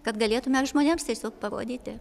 kad galėtume ir žmonėms tiesiog parodyti